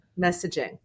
messaging